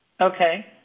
Okay